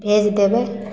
भेज देबै